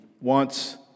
wants